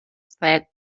said